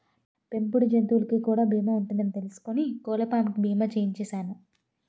పెంపుడు జంతువులకు కూడా బీమా ఉంటదని తెలుసుకుని కోళ్ళపాం కి బీమా చేయించిసేను